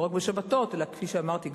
לא רק בשבתות אלא כפי שאמרתי,